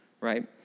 right